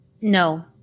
No